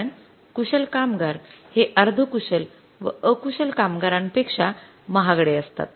कारण कुशल कामगार हे अर्धकुशल व अकुशल कामगारांना पेक्षा महागडे असतात